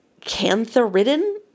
cantharidin